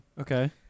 Okay